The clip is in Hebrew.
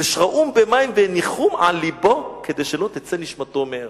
"ושראום במים והניחום על לבו כדי שלא תצא נשמתו מהרה".